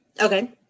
Okay